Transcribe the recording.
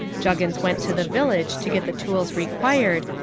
juggins went to the village to get the tools required,